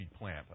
plant